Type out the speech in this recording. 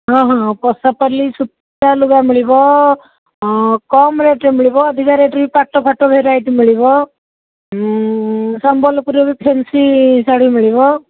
ହଁ ହଁ ପଶାପାଲି ସୂତା ଲୁଗା ମିଳିବ କମ୍ ରେଟର ମିଳିବ ଅଧିକା ରେଟର ବି ପାଟ ଫାଟ ଭେରାଇଟି ମିଳିବ ସମ୍ବଲପୁରୀର ବି ଫେନ୍ସି ଶାଢ଼ୀ ମିଳିବ